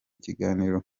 ikiganiro